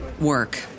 work